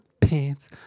pants